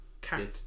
Cat